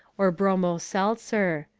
or bromo seltzer.